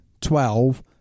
twelve